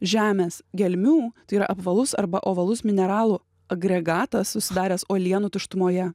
žemės gelmių tai yra apvalus arba ovalus mineralų agregatas susidaręs uolienų tuštumoje